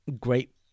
great